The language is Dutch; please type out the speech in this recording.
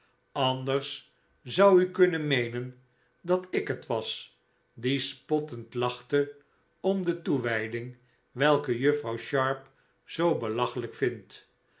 anders zou u kunnen meenen dat ik het was die spottend lachte om de toewijding welke juffrouw sharp zoo belachelijk vindt